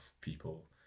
people